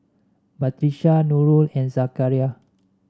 Batrisya Nurul and Zakaria